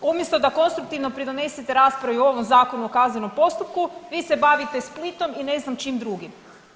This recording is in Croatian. Umjesto da konstruktivno pridonesete raspravi o ovom Zakonu o kaznenom postupku, vi se bavite Splitom i ne znam čim drugim.